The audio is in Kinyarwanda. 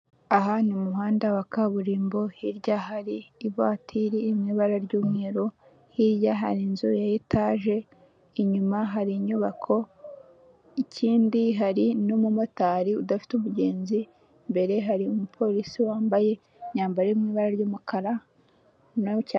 Aha ni mu muhanda wa kaburimbo, hirya hari ivatiri iri mu ibara ry'umweru, hirya hari inzu ya etaje, inyuma hari inyubako, ikindi hari n'umumotari udafite umugenzi, imbere hari umupolisi wambaye imyambaro iri mu ibara ry'umukara.